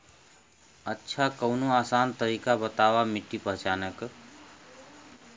अच्छा कवनो आसान तरीका बतावा मिट्टी पहचाने की?